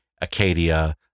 Acadia